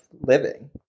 living